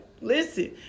listen